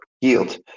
yield